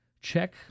Check